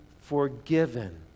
forgiven